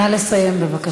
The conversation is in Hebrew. נא לסיים, בבקשה.